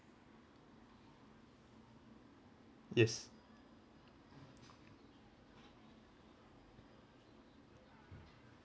yes